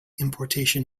importation